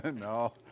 No